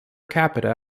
capita